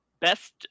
Best